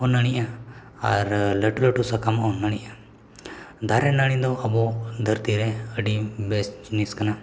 ᱦᱚᱸ ᱱᱟᱹᱲᱤᱜᱼᱟ ᱟᱨ ᱞᱟᱹᱴᱩᱼᱞᱟᱹᱴᱩ ᱥᱟᱠᱟᱢ ᱦᱚᱸ ᱱᱟᱹᱲᱤᱜᱼᱟ ᱫᱟᱨᱮᱼᱱᱟᱹᱲᱤ ᱫᱚ ᱟᱵᱚ ᱫᱷᱟᱹᱨᱛᱤᱨᱮ ᱟᱹᱰᱤ ᱵᱮᱥ ᱡᱤᱱᱤᱥ ᱠᱟᱱᱟ